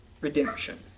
redemption